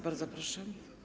Bardzo proszę.